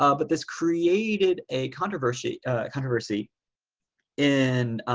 um but this created a controversy controversy in